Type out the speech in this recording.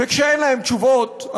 וכשאין להם תשובות,